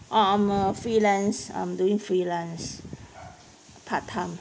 oh I'm a freelance I'm doing freelance part time